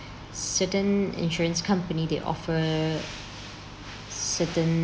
certain insurance company they offer certain